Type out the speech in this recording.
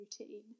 routine